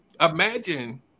imagine